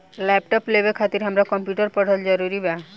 Laptop लेवे खातिर हमरा कम्प्युटर पढ़ल जरूरी बा?